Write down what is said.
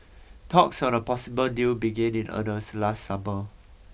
talks on a possible deal began in earnest last summer